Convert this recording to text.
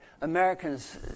Americans